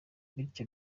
bityo